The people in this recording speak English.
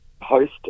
host